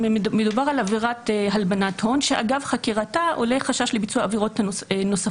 מדובר על עבירת הלבנת הון שאגב חקירתה עולה חשש לביצוע עבירות נוספות,